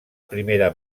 primera